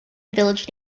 village